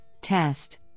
test